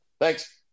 Thanks